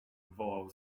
wołał